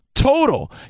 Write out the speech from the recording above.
Total